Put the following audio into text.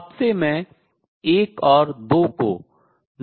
अब से मैं 1 और 2 को drop करने छोड़ने जा रहा हूँ